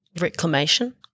reclamation